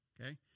Okay